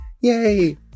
yay